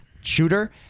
shooter